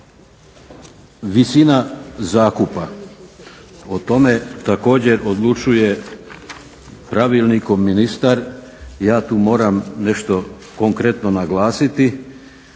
visina zakupa. O tome također odlučuje pravilnikom ministar. Ja tu moram nešto konkretno naglasiti